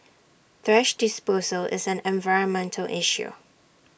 thrash disposal is an environmental issue